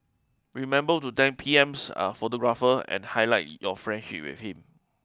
remember to thank P M's photographer and highlight your friendship with him